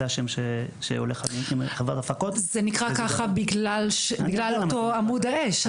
זה השם שהולך זה נקרא ככה בגלל אותו עמוד האש.